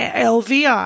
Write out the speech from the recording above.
LVI